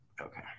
Okay